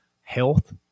health